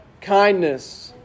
kindness